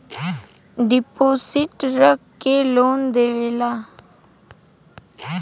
deposit रख के loan देवेला